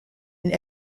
and